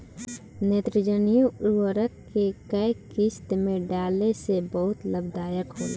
नेत्रजनीय उर्वरक के केय किस्त में डाले से बहुत लाभदायक होला?